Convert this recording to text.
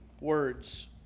words